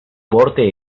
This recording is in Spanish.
porte